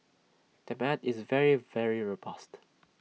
demand is very very robust